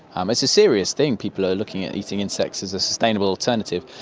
um it's a serious thing. people are looking at eating insects as a sustainable alternative.